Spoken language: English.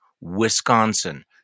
Wisconsin